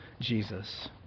Jesus